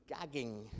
gagging